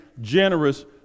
generous